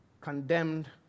condemned